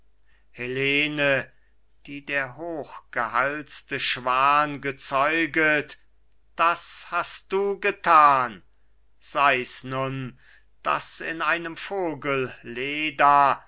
helene die der hochgehalste schwan gezeuget das hast du gethan sei's nun daß in einem vogel leda